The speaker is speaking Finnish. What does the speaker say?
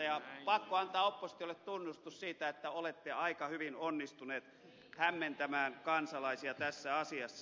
pakko antaa oppositiolle tunnustus siitä että olette aika hyvin onnistuneet hämmentämään kansalaisia tässä asiassa